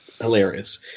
hilarious